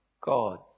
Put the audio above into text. God